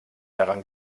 dran